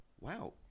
wow